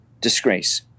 disgrace